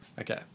Okay